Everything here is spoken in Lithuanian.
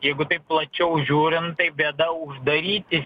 jeigu taip plačiau žiūrint tai bėda uždaryti